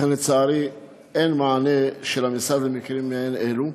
לכן, לצערי, אין מענה של המשרד למקרים מעין אלו.